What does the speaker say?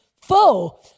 foe